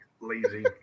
Lazy